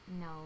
No